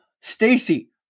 Stacy